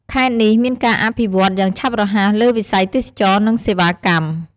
ខេត្តនេះមានការអភិវឌ្ឍន៍យ៉ាងឆាប់រហ័សលើវិស័យទេសចរណ៍ និងសេវាកម្ម។